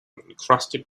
encrusted